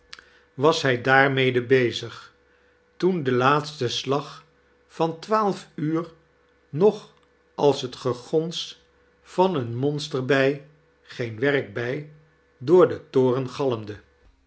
was hij daarcharles dickens mede bezig toen de laatete slag van twaalf uur nog als liet gegons van eene monster-bij geen werkbij door den toren galmde